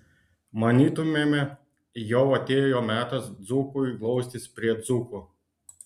manytumėme jau atėjo metas dzūkui glaustis prie dzūko